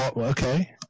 okay